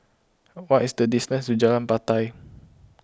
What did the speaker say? what is the distance to Jalan Batai